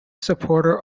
supporter